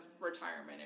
retirement